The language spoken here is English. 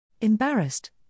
Embarrassed